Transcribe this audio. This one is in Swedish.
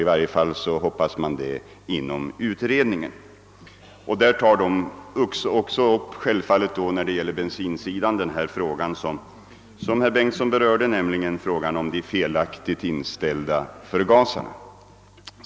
I varje fall hoppas man det inom utredningen. Där tar man självfallet när det gäller bensinsidan också upp den fråga som herr Bengtson berörde om de felaktigt inställda förgasarna.